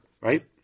right